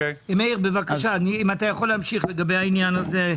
מאיר, בבקשה, אם אתה יכול להמשיך לגבי העניין הזה.